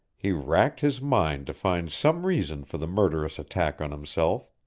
he racked his mind to find some reason for the murderous attack on himself.